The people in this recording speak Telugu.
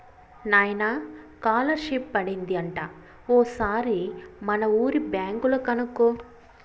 నాయనా కాలర్షిప్ పడింది అంట ఓసారి మనూరి బ్యాంక్ లో కనుకో